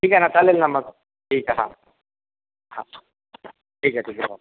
ठीक आहे ना चालेल ना मग ठीक आहे हां हां ठीक आहे ठीक आहे हो